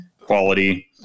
quality